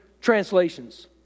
translations